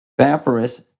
Vaporous